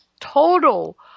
total